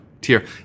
tier